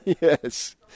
Yes